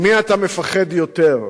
ממי אתה מפחד יותר,